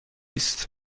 هست